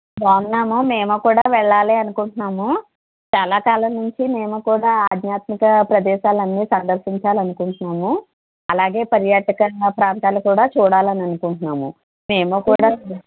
బాగున్నాము మేము కూడా వెళ్ళాలి అనుకుంటున్నాము చాలా కాలం నుంచి మేము కూడా ఆధ్యాత్మిక ప్రదేశాలన్నీ సందర్శించాలి అనుకుంటున్నాము అలాగే పర్యాటకాల ప్రాంతాలు కూడా చూడాలని అనుకుంటున్నాము మేము కూడా